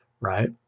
Right